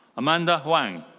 amanda huang.